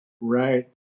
Right